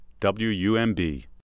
WUMB